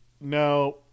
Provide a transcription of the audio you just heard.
now